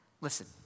Listen